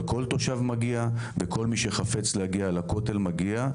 אבל כל תושב מגיע וכל מי שחפץ להגיע לכותל, מגיע.